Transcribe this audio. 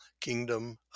kingdom